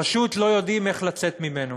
פשוט לא יודעים איך לצאת ממנו.